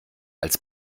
als